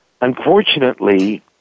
unfortunately